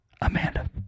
Amanda